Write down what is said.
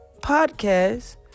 podcast